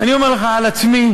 אני אומר לך על עצמי,